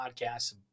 podcasts